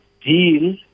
deal